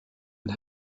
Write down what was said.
and